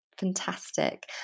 Fantastic